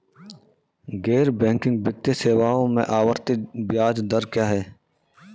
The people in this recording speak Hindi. गैर बैंकिंग वित्तीय सेवाओं में आवर्ती ब्याज दर क्या है?